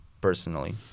personally